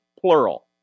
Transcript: plural